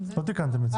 לא תיקנתם את זה.